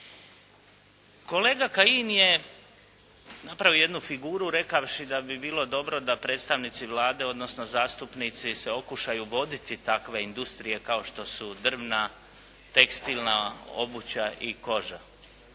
Kolega Kajin je napravio jednu figuru rekavši da bi bilo dobro da predstavnici Vlade odnosno zastupnici se okušaju voditi takve industrije kao što su drvna, tekstilna obuća i koža.